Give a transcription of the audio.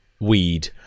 weed